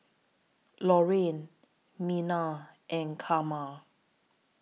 Loraine Merna and Karma